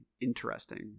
interesting